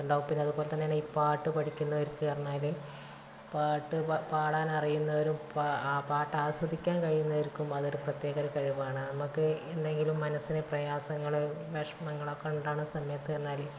ഉണ്ടാവും പിന്നെ അതുപോലെ തന്നെയാണ് ഈ പാട്ട് പഠിക്കുന്നവർക്ക് പറഞ്ഞാൽ പാട്ട് പാടാൻ അറിയുന്നവരും പാട്ട് പാട്ട് ആസ്വദിക്കാൻ കഴിയുന്നവർക്കും അതൊരു പ്രത്യേക തരം കഴിവാണ് നമ്മൾക്ക് എന്തെങ്കിലും മനസ്സിന് പ്രയാസങ്ങൾ വിഷമങ്ങൾ ഒക്കെ ഉണ്ടാവുന്ന സമയത്ത് പറഞ്ഞാൽ